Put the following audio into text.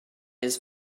his